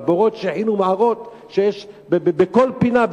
ה"בורות שיחין ומערות" שיש בכל פינה,